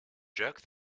jerk